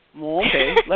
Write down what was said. Okay